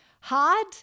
Hard